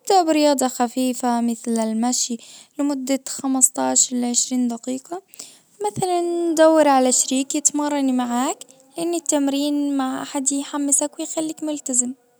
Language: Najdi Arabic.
ابدأ برياضة خفيفة مثل المشي لمدة خمسة عشر لعشرين دقيقة مثلا ندور على شريك تمرني معاك ان التمرين مع احد يحمسك ويخليك ملتزم.